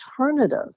alternative